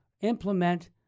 implement